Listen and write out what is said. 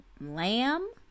lamb